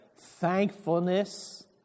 thankfulness